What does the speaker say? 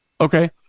Okay